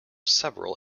several